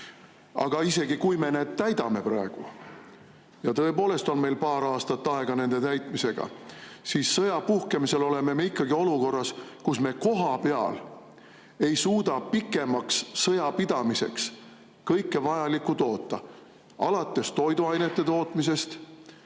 Aga isegi kui me neid täidame praegu, ja tõepoolest on meil paar aastat aega nende täitmiseks, oleme me sõja puhkemisel ikkagi olukorras, kus me kohapeal ei suuda pikemaks sõjapidamiseks kõike vajalikku toota, alates toiduainete tootmisest